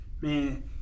Man